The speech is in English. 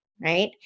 right